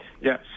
yes